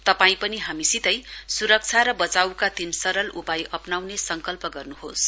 तपाई पनि हामीसितै सुरक्षा र वचाइका तीन सरल उपाय अप्नाउने संकल्प गर्नुहोस